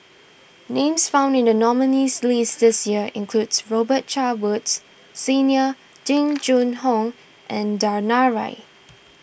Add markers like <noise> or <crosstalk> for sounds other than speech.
names found in the nominees' list this year includes Robet Carr Woods Senior <noise> Jing Jun Hong and Danaraj